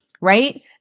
right